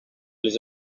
les